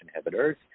inhibitors